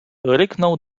ryknął